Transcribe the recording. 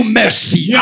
mercy